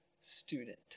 student